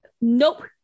nope